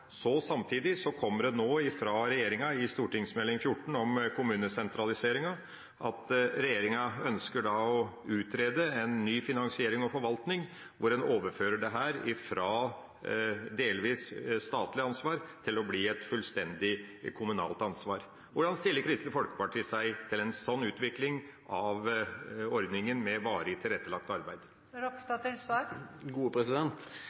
Samtidig kom det nå fra regjeringa, i Meld. St. 14 for 2014–2015 om kommunesentraliseringa, at regjeringa ønsker å utrede en ny finansiering og forvaltning, hvor en overfører dette fra delvis statlig ansvar til å bli et fullstendig kommunalt ansvar. Hvordan stiller Kristelig Folkeparti seg til en sånn utvikling av ordninga med varig tilrettelagt arbeid? Takk for spørsmålet. Jeg la merke til